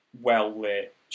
well-lit